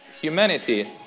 humanity